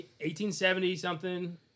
1870-something